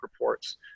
reports